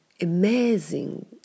amazing